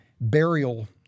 burial